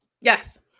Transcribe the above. Yes